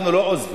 אנחנו לא עוזבים,